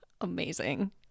Amazing